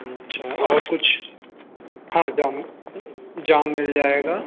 हूँ अच्छा और कुछ हाँ जाम जाम मिल जाएगा